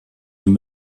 dem